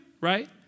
right